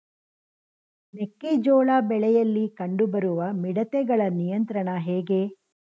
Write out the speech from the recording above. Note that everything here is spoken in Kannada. ಮೆಕ್ಕೆ ಜೋಳ ಬೆಳೆಯಲ್ಲಿ ಕಂಡು ಬರುವ ಮಿಡತೆಗಳ ನಿಯಂತ್ರಣ ಹೇಗೆ?